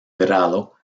grado